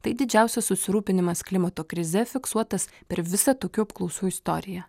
tai didžiausias susirūpinimas klimato krize fiksuotas per visą tokių apklausų istoriją